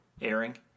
airing